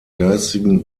geistigen